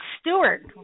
Stewart